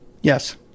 Yes